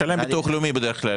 הוא משלם ביטוח לאומי בדרך כלל,